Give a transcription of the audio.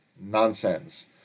Nonsense